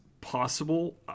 possible